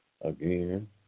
again